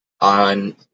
on